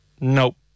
Nope